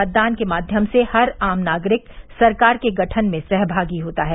मतदान के माध्यम से हर आम नागरिक सरकार गठन में सहभागी होता है